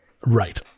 right